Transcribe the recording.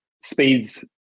speeds